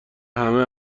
همه